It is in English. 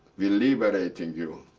we liberating you.